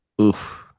Oof